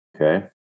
Okay